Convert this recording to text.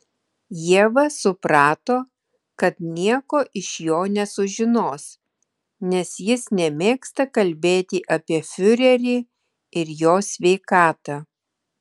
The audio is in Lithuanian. ieva suprato kad nieko iš jo nesužinos nes jis nemėgsta kalbėti apie fiurerį ir jo sveikatą